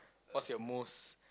what's your most